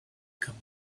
come